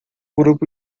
grupo